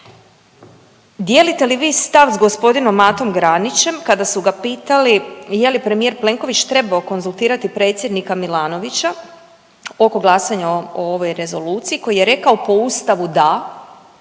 Dijelite li vi stav s g. Matom Granićem kada su ga pitali je li premijer Plenković trebao konzultirati predsjednika Milanovića oko glasanja o ovoj rezoluciji koji je rekao po Ustavu da,